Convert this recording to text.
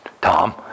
Tom